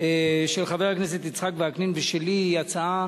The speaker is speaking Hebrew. של חבר הכנסת יצחק וקנין ושלי, היא הצעה,